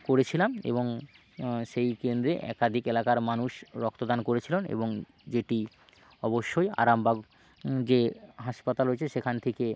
করেছিলাম এবং সেই কেন্দ্রে একাধিক এলাকার মানুষ রক্তদান করেছিলেন এবং যেটি অবশ্যই আরামবাগ যে হাসপাতাল রয়েছে সেখান থেকে